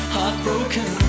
Heartbroken